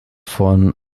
von